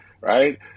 right